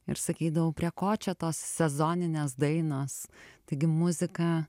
ir sakydavau prie ko čia tos sezoninės dainos taigi muzika